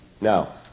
now